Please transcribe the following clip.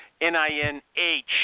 N-I-N-H